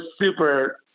super